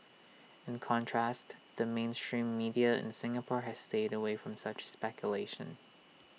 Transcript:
in contrast the mainstream media in Singapore has stayed away from such speculation